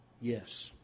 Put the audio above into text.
Yes